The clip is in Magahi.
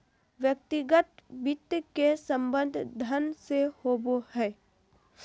व्यक्तिगत वित्त के संबंध धन से होबो हइ